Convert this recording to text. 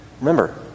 Remember